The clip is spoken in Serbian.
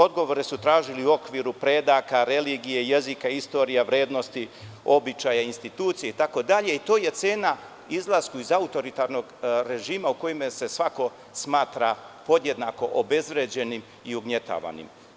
Odgovore su tražili u okviru predaka, religije, jezika, istorije, vrednosti, običaja, institucije itd, i to je cena izlasku iz autoritarnog režima u kome se svako smatra podjednako obezvređenim i ugnjetavanim.